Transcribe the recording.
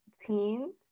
teens